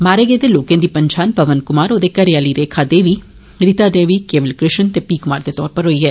मारे गेदे लोकें दी पंछान पवन कुमार औहदी घरे आली रेखा देवी रीता देवी केवल कृष्ण ते पी कुमार दे तौर उप्पर होई ऐ